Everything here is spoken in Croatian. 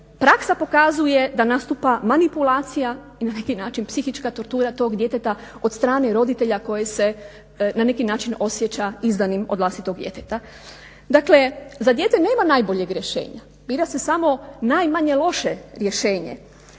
praksa pokazuje da nastupa manipulacija i na neki način psihička tortura tog djeteta od strane roditelja koji se na neki način osjeća izdanim od vlastitog djeteta. Dakle, za dijete nema najboljeg rješenja, bira se samo najmanje loše rješenje.